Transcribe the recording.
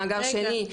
מאגר שני,